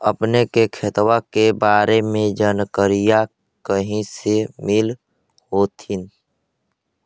अपने के खेतबा के बारे मे जनकरीया कही से मिल होथिं न?